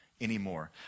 anymore